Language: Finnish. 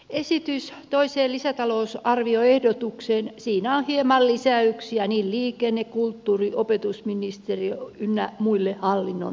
esitys toiseen lisätalousarvioehdotukseen siinä on hieman lisäyksiä liikenne kulttuuri opetusministeriön ynnä muuta